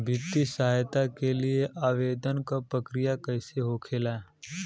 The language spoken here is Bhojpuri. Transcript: वित्तीय सहायता के लिए आवेदन क प्रक्रिया कैसे होखेला?